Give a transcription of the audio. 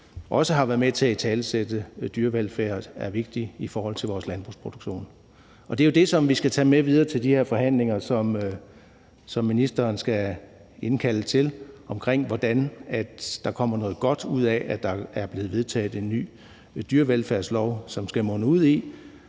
også har været med til at italesætte, at dyrevelfærd er vigtigt i forhold til vores landbrugsproduktion. Og det er jo det, som vi skal tage med videre til de her forhandlinger, som ministeren skal indkalde til, om, hvordan der kommer noget godt ud af, at der er blevet vedtaget en ny dyrevelfærdslov, som skal munde ud i,